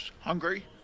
hungry